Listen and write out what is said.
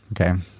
Okay